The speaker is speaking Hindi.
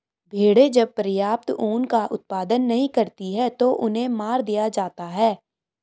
भेड़ें जब पर्याप्त ऊन का उत्पादन नहीं करती हैं तो उन्हें मार दिया जाता है